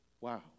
Wow